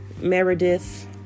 Meredith